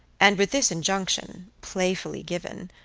and with this injunction, playfully given,